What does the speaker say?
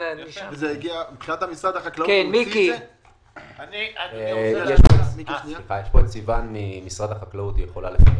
מבחינת משרד החקלאות --- נמצאת פה סיון ממשרד החקלאות והיא יכולה...